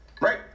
Right